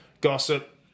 Gossip